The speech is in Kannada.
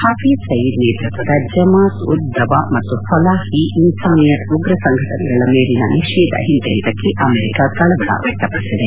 ಪಫೀಜ್ ಸಯೀದ್ ನೇತೃತ್ವದ ಜಮಾತ್ ಉದ್ ದವಾ ಮತ್ತು ಫಲಾಹ್ ಇ ಇನ್ಸಾನಿಯತ್ ಉಗ್ರ ಸಂಘಟನೆಗಳ ಮೇಲಿನ ನಿಷೇಧ ಹಿಂತೆಗೆತಕ್ಕೆ ಅಮೆರಿಕ ಕಳವಳ ವ್ಯಕ್ತಪಡಿಸಿದೆ